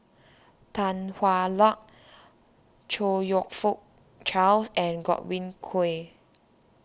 Tan Hwa Luck Chong You Fook Charles and Godwin Koay